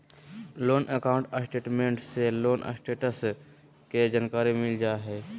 loan account statement से loan status के जानकारी मिल जा हय